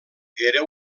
era